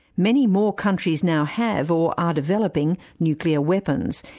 many more countries now have, or are developing nuclear weapons.